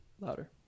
Louder